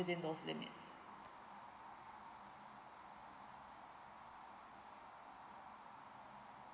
within those limits